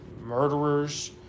murderers